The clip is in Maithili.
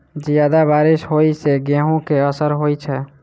जियादा बारिश होइ सऽ गेंहूँ केँ असर होइ छै?